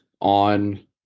on